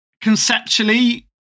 conceptually